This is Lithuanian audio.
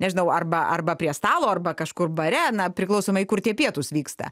nežinau arba arba prie stalo arba kažkur bare na priklausomai kur tie pietūs vyksta